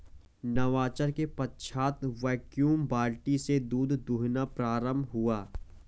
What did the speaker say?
नवाचार के पश्चात वैक्यूम बाल्टी से दूध दुहना प्रारंभ हुआ